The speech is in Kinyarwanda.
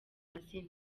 amazina